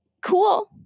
cool